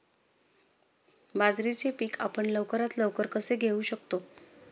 बाजरीचे पीक आपण लवकरात लवकर कसे घेऊ शकतो?